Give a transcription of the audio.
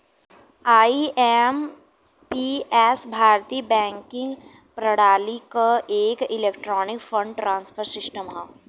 IMPS भारतीय banking प्रणाली क एक इलेक्ट्रॉनिक फंड ट्रांसफर सिस्टम हौ